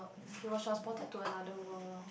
he was transported to another world lor